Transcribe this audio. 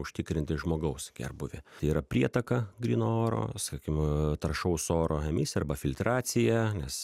užtikrinti žmogaus gerbūvį yra prietaka gryno oro sakim trąšaus oro emisija arba filtracija nes